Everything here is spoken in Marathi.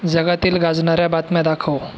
जगातील गाजणाऱ्या बातम्या दाखव